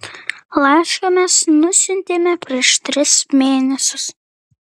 laišką mes nusiuntėme prieš tris mėnesius